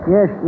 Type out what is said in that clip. Yes